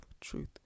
truth